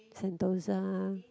Sentosa